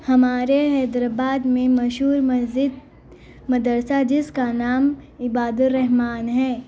ہمارے حیدرآباد میں مشہور مسجد مدرسہ جس کا نام عباد الرحمان ہے